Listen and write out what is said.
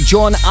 John